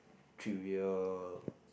trivium